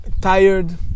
Tired